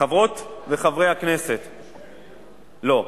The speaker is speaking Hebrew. חברות וחברי הכנסת, לא.